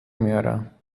میارم